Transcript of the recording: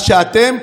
מה שאתם,